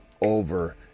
Over